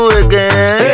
again